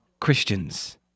Christians